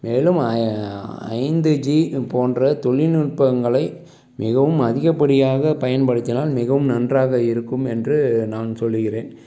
மேலும் ஐந்து ஜி போன்ற தொழில்நுட்பங்களை மிகவும் அதிகப்படியாக பயன்படுத்தினால் மிகவும் நன்றாக இருக்கும் என்று நான் சொல்கிறேன்